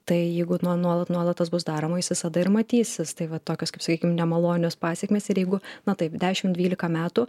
tai jeigu nuo nuolat nuolat tas bus daroma jis visada ir matysis tai va tokios kaip sakykim nemalonios pasekmės ir jeigu na taip dešimt dvylika metų